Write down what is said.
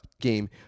game